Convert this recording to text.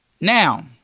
Now